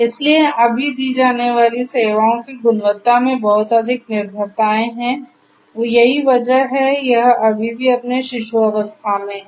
इसलिए अभी दी जाने वाली सेवाओं की गुणवत्ता में बहुत अधिक निर्भरताएं हैं यही वजह है कि यह अभी भी अपने शिशु अवस्था में है